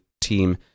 team